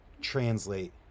translate